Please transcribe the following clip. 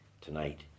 tonight